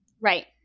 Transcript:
Right